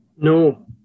No